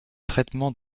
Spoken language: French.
traitement